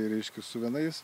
reiškia su vienais